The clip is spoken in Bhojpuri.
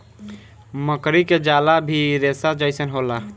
मकड़ी के जाला भी रेसा जइसन होला